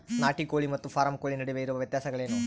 ನಾಟಿ ಕೋಳಿ ಮತ್ತು ಫಾರಂ ಕೋಳಿ ನಡುವೆ ಇರುವ ವ್ಯತ್ಯಾಸಗಳೇನು?